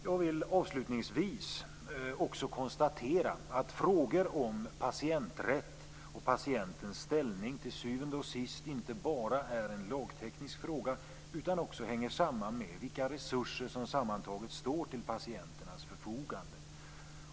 Jag vill avslutningsvis också konstatera att frågor om patienträtt och patientens ställning till syvende och sist inte bara är en lagteknisk fråga utan också hänger samman med vilka resurser som sammantaget står till patienternas förfogande.